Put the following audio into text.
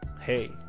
Hey